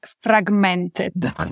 fragmented